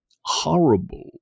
horrible